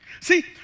See